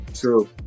True